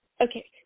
Okay